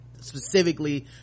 specifically